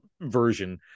version